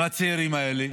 מהצעירים האלה,